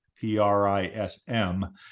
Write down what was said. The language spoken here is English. P-R-I-S-M